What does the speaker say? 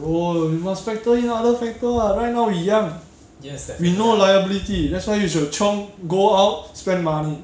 bro you must factor in other people [what] right now we young we no liability that's why you should have chiong go out spend money